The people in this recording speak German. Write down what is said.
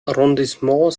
arrondissement